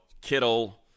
Kittle